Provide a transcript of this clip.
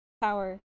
power